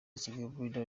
kigali